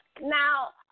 Now